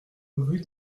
rue